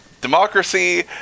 Democracy